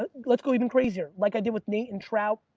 ah let's go even crazier. like i did with nate and trout.